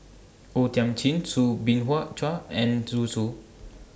O Thiam Chin Soo Bin Hua Chua and Zhu Xu